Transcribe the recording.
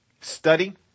Study